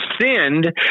sinned